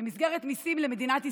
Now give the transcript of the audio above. במסגרת מיסים למדינת ישראל.